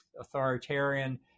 authoritarian